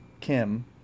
Kim